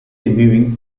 reviewing